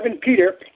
Peter